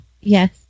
Yes